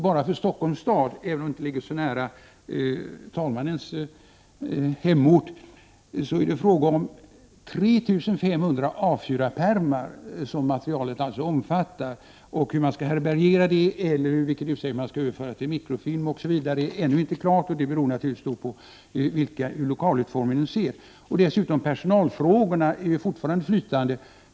Bara för Stockholms stad — jag nämner detta, även om det inte ligger så nära tredje vice talmannens hemort — omfattar materialet 3 500 A4-pärmar. Hur man skall härbärgera det materialet eller i vilken utsträckning man skall överföra det till mikrofilm är ännu inte klart, men det är naturligtvis någonting som påverkar lokalutformningen. Dessutom är personalfrågorna fortfarande flytande.